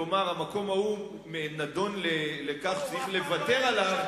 כלומר המקום ההוא נידון לכך שצריך לוותר עליו,